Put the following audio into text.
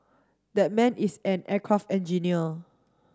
that man is an aircraft engineer